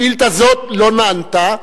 שאילתא זו לא נענתה,